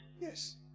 Yes